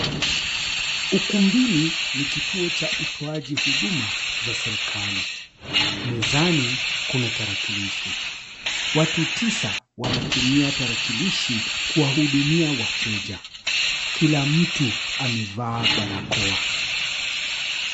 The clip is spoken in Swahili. Ukumbini ni kituo cha utoaji huduma za serikali, mezani kuna tarakilishi. Watu tisa wanatumia tarakilishi kuwahudumia wateja. Kila mtu amevaa barakoa.